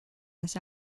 this